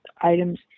items